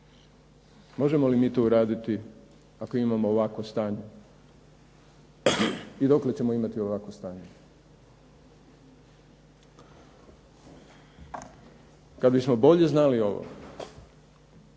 možemo li mi tu raditi ako imamo ovakvo stanje i dokle ćemo imati ovakvo stanje. Kad bismo bolje znali ovo,